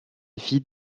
vie